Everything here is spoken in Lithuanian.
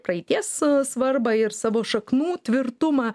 praeities svarbą ir savo šaknų tvirtumą